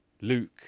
luke